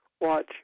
watch